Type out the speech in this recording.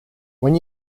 when